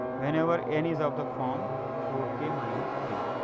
whenever n is of the form four k minus three,